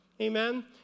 Amen